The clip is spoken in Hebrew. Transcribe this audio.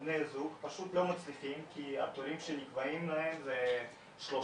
בני הזוג פשוט לא מצליחים כי התורים שנקבעים להם זה שלושה,